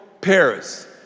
Paris